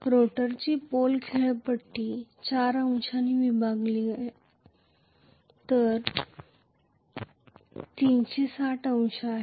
रोटरची pole खेळपट्टी 360 degree आहे आणि चारद्वारे विभागली गेली आहे